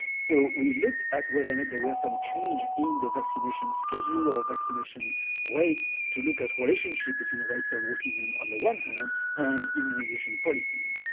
so we looked at whether there were some change in the vaccinations schedule, or vaccination rates, to look at the relationship between rates of autism on the one hand and immunisation policies.